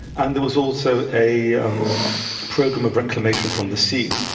and there was also a um program of reclamation from the sea.